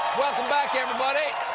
welcome back, everybody.